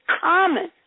common